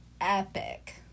epic